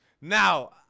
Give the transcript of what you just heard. Now